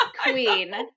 Queen